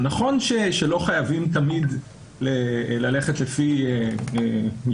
זה נכון שלא חייבים תמיד ללכת לפי משפט